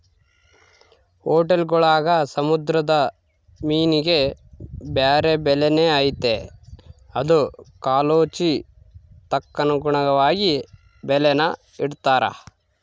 ಹೊಟೇಲ್ಗುಳಾಗ ಸಮುದ್ರ ಮೀನಿಗೆ ಬ್ಯಾರೆ ಬೆಲೆನೇ ಐತೆ ಅದು ಕಾಲೋಚಿತಕ್ಕನುಗುಣವಾಗಿ ಬೆಲೇನ ಇಡ್ತಾರ